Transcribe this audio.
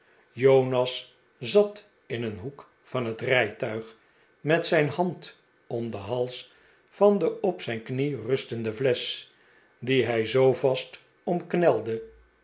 jonas zat in een hoek van het rijtuig met zijn hand om den hals van de op zijn knie rustende flesch dien hij zoo vast